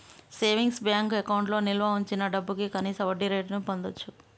savings bank అకౌంట్లో నిల్వ వుంచిన డబ్భుకి కనీస వడ్డీరేటును పొందచ్చు